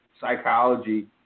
psychology